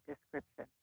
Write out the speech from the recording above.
description